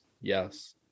Yes